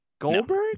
goldberg